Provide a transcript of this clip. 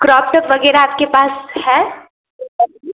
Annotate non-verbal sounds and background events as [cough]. crop top वग़ैरह आपके पास है [unintelligible]